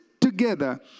together